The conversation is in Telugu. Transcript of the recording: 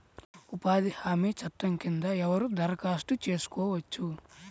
ఉపాధి హామీ చట్టం కింద ఎవరు దరఖాస్తు చేసుకోవచ్చు?